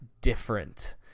different